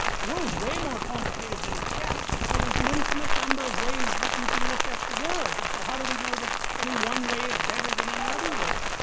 the world's way more complicated than a text. and so there's an infinite number of ways that you can look at the world. and so how do we know that any one way is better than any other way?